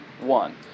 one